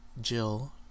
Jill